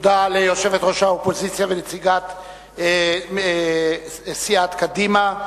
תודה ליושבת-ראש האופוזיציה ונציגת סיעת קדימה.